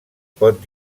pot